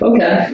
Okay